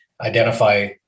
identify